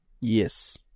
Yes